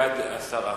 בעד הסרה.